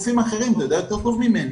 אתה יודע יותר טוב ממני,